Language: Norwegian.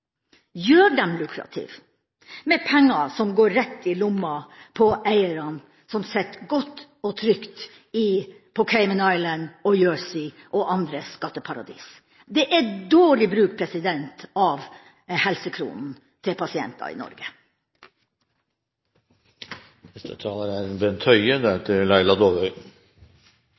gjør dem lukrative ved at pengene går rett i lommene til eierne som sitter godt og trygt på Cayman Islands og Jersey og andre skatteparadis. Det er dårlig bruk av helsekronene til pasienter i